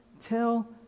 tell